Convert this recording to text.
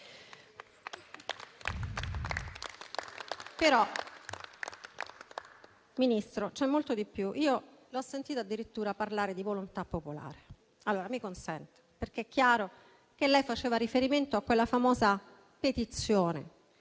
Però, Ministro, c'è molto di più: io l'ho sentita addirittura parlare di volontà popolare. Allora, mi consenta, perché è chiaro che lei faceva riferimento a quella famosa petizione